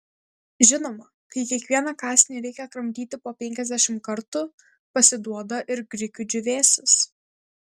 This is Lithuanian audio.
žinoma kai kiekvieną kąsnį reikia kramtyti po penkiasdešimt kartų pasiduoda ir grikių džiūvėsis